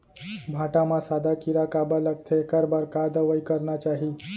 भांटा म सादा कीरा काबर लगथे एखर बर का दवई करना चाही?